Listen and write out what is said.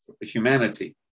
humanity